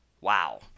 wow